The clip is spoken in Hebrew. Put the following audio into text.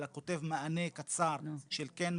אלא כותב מענה קצר של כן מתאים,